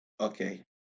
okay